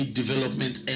development